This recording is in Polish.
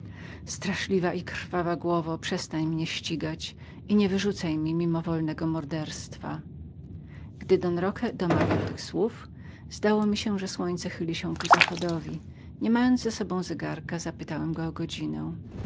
straszliwa i krwawa głowo przestań mnie ścigać i nie wyrzucaj mi mimowolnego morderstwa gdy don roque domawiał tych słów zdało mi się że słońce chyliło się ku zachodowi niemając zaś z sobą zegarka zapytałem go o godzinę